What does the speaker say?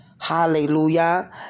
Hallelujah